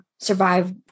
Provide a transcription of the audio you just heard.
Survive